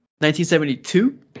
1972